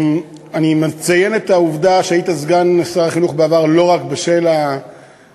אני מציין את העובדה שהיית סגן שר החינוך בעבר לא רק בשל העובדה